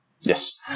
Yes